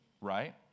right